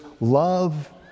love